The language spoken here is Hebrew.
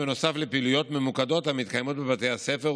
בנוסף לפעילויות ממוקדות המתקיימות בבתי הספר,